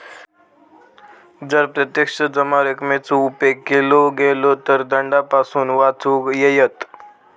जर प्रत्यक्ष जमा रकमेचो उपेग केलो गेलो तर दंडापासून वाचुक येयत